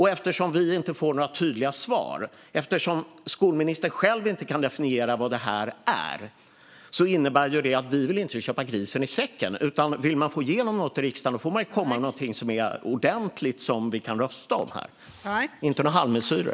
Eftersom vi inte får några tydliga svar, eftersom skolministern själv inte kan definiera vad det här är, innebär det att vi inte vill köpa grisen i säcken. Vill man få igenom något i riksdagen får man lägga fram något ordentligt som vi kan rösta om, inte några halvmesyrer.